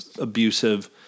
Abusive